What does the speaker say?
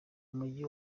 umujyi